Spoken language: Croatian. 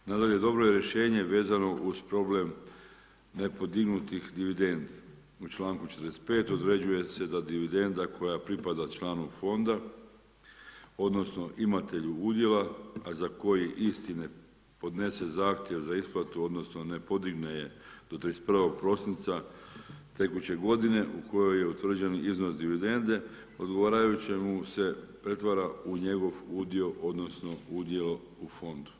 Nadalje, dobro je rješenje vezano uz problem nepodignutih dividende, u čl. 45. određuje se da dividenda koja pripada članu fonda, odnosno, imatelju udjela, a za koji isti ne podnese zahtjev za isplatu, odnosno ne podigne je do 31.12. tekuće godine u kojoj je utvrđen iznos dividende odgovaraju će mu se pretvara u njegov uvio odnosno, udio u fondu.